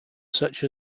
such